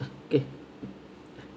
okay